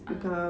(uh huh)